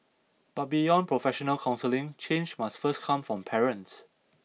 but beyond professional counselling change must first come from parents